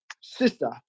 sister